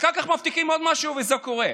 אחר כך מבטיחים עוד משהו וזה לא קורה,